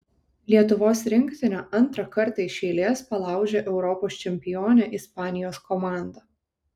lietuvos rinktinė antrą kartą iš eilės palaužė europos čempionę ispanijos komandą